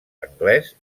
anglès